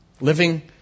Living